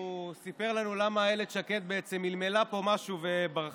הוא סיפר לנו למה אילת שקד בעצם מלמלה פה משהו וברחה.